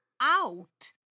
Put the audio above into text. out